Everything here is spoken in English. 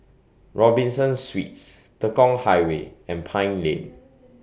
Robinson Suites Tekong Highway and Pine Lane